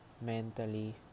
mentally